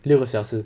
六个小时